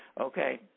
Okay